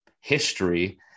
history